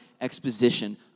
exposition